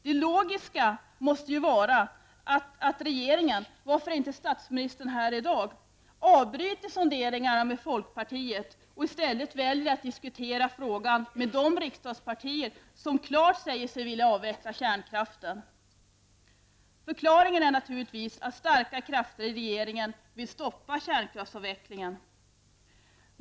Det logiska måste ju vara att regeringen -- varför inte statsministern här i dag -- avbryter sonderingarna med folkpartiet och i stället väljer att diskutera frågan med de riksdagspartier som klart säger sig vilja avveckla kärnkraften. Förklaringen är naturligtvis att starka krafter i regeringen vill stoppa kärnkraftsavvecklingen.